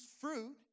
fruit